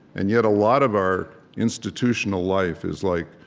and yet, a lot of our institutional life is like,